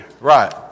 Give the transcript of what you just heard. Right